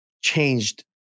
changed